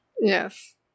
Yes